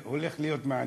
הולך להיות מעניין,